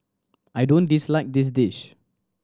I don't dislike this dish